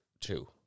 two